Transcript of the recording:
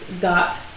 Got